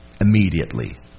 Immediately